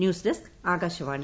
news desk Akashvani